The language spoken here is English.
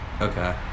Okay